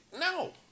no